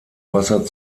wasser